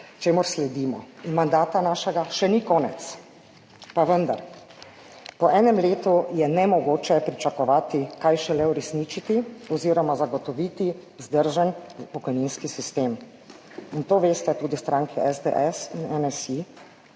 čemur sledimo in mandata našega še ni konec. Pa vendar, po enem letu je nemogoče pričakovati, kaj šele uresničiti oziroma zagotoviti vzdržen pokojninski sistem in to vesta tudi stranki SDS in NSi,